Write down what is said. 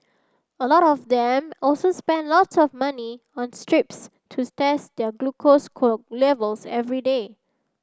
a lot of them also spend lots of money on strips to test their glucose levels every day